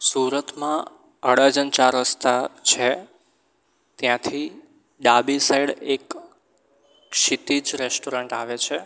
સુરતમાં અડાજણ ચાર રસ્તા છે ત્યાંથી ડાબી સાઇડ એક ક્ષિતિજ રેસ્ટરોરન્ટ આવે છે